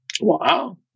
Wow